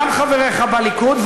גם חבריך בליכוד,